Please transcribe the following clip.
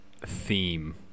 theme